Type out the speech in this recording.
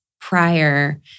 prior